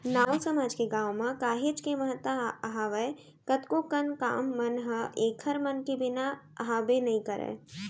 नाऊ समाज के गाँव म काहेच के महत्ता हावय कतको कन काम मन ह ऐखर मन के बिना हाबे नइ करय